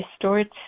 distorts